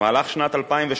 במהלך שנת 2008